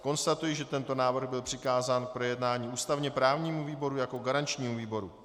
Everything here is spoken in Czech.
Konstatuji, že tento návrh byl přikázán k projednání ústavněprávnímu výboru jako garančnímu výboru.